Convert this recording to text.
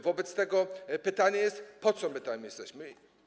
Wobec tego pytanie, po co my tam jesteśmy.